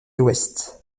ouest